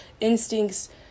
Instincts